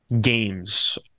games